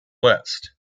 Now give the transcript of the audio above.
west